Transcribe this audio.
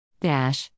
Dash